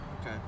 Okay